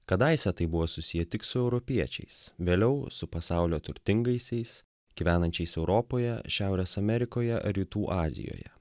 kadaise tai buvo susiję tik su europiečiais vėliau su pasaulio turtingaisiais gyvenančiais europoje šiaurės amerikoje rytų azijoje